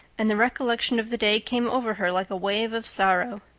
and the recollection of the day came over her like a wave of sorrow.